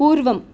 पूर्वम्